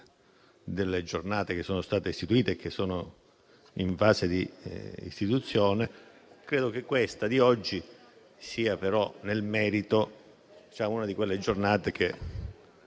delle giornate che sono state istituite e che sono in fase di istituzione, credo che questa di oggi sia però nel merito una di quelle giornate che